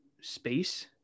space